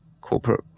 corporate